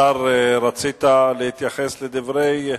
השר, רצית להתייחס לדברים.